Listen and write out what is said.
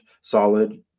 solid